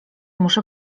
muszę